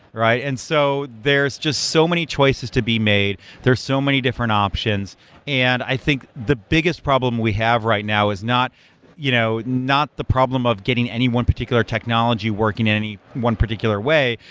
and so there's just so many choices to be made, there are so many different options and i think the biggest problem we have right now is not you know not the problem of getting any one particular technology working at any one particular way.